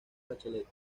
bachelet